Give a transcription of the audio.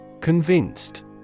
Convinced